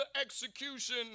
execution